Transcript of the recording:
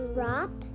Drop